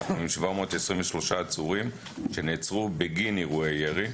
אנחנו עם 723 עצורים שנעצרו בגיל אירועי ירי.